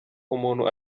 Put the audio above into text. umuntu